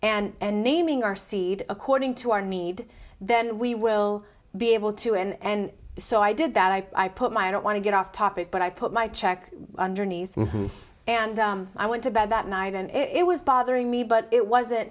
and naming our seed according to our need then we will be able to and so i did that i put my i don't want to get off topic but i put my check underneath and i went to bed that night and it was bothering me but it wasn't